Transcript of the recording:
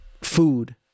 food